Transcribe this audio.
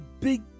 big